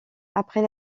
après